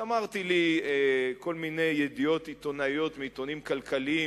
שמרתי לי כל מיני ידיעות עיתונאיות מעיתונאים כלכליים